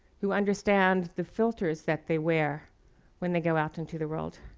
who understand the filters that they wear when they go out into the world.